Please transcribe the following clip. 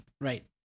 Right